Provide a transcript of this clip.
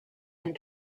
and